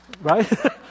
right